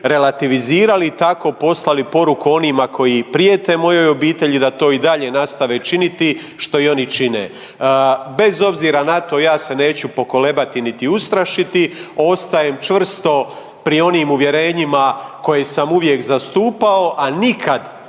relativizirali i tako poslali poruku onima koji prijete mojoj obitelji da to i dalje nastave činiti, što i oni čine. Bez obzira na to, ja se neću pokolebati niti ustrašiti, ostajem čvrsto pri onim uvjerenjima koje sam uvijek zastupao, a nikad